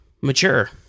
mature